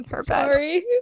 sorry